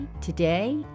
Today